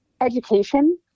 education